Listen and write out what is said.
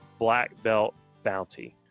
blackbeltbounty